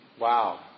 Wow